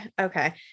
okay